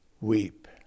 weep